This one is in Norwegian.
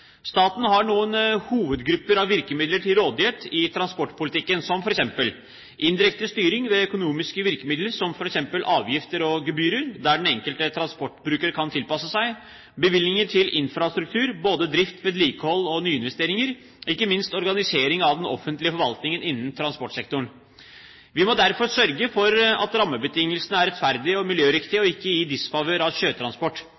Staten har noen hovedgrupper av virkemidler til rådighet i transportpolitikken som f.eks. indirekte styring ved økonomiske virkemidler som f.eks. avgifter og gebyrer, der den enkelte transportbruker kan tilpasse seg, bevilgninger til infrastruktur, både drift, vedlikehold og nyinvesteringer og ikke minst organisering av den offentlige forvaltningen innen transportsektoren. Vi må derfor sørge for at rammebetingelsene er rettferdige og miljøriktige